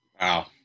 wow